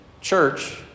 church